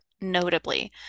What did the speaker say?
notably